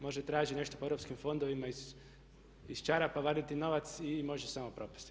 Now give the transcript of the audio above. Može tražiti nešto po europskim fondovima, iz čarapa vaditi novac i može samo propasti.